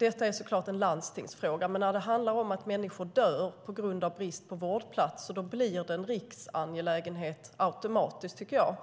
Detta är såklart en landstingsfråga, men när det handlar om att människor dör på grund av brist på vårdplatser blir det automatiskt en riksangelägenhet, tycker jag.